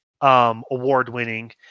award-winning